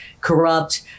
corrupt